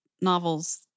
novels